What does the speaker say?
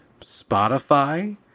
Spotify